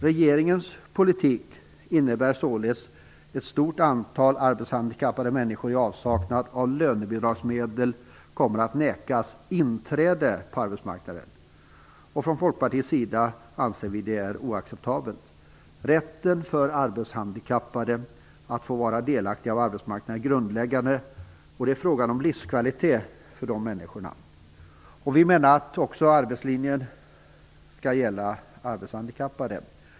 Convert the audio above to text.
Regeringens politik innebär således att ett stort antal arbetshandikappade människor i avsaknad av lönebidragsmedel kommer att nekas inträde på arbetsmarknaden. Folkpartiet anser att detta är oacceptabelt. Rätten för arbetshandikappade att få vara delaktiga av arbetsmarknaden är grundläggande. Det är en fråga om livskvalitet för dessa människor. Vi anser att arbetslinjen måste gälla även arbetshandikappade.